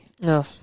No